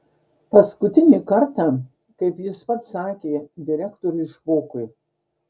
paskutinį kartą kaip jis pats sakė direktoriui špokui